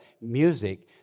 music